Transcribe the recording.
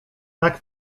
tak